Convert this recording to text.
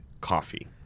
coffee